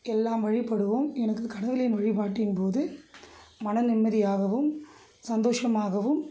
எல்லாம் வழிபடுவோம் எனக்கு கடவுளின் வழிபாட்டின்போது மனநிம்மதியாகவும் சந்தோஷமாகவும்